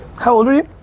how old are you?